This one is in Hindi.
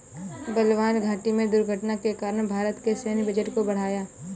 बलवान घाटी में दुर्घटना के कारण भारत के सैन्य बजट को बढ़ाया